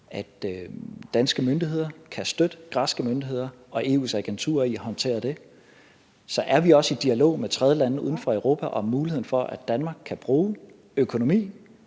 at danske myndigheder kan støtte græske myndigheder og EU's agentur i at håndtere det. Så er vi også i dialog med tredjelande uden for Europa om muligheden for, at Danmark kan bruge økonomi,